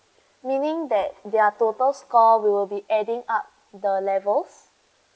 meaning that their total score will be adding up the levels